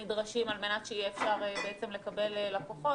הם נדרשים על-מנת שיהיה אפשר לקבל לקוחות.